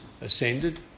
ascended